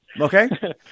Okay